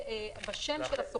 היתר בשם של הסוכן.